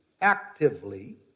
actively